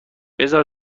بذار